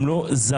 הם לא זרים,